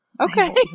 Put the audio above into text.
Okay